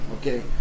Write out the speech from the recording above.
Okay